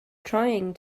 trying